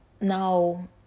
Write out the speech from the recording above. Now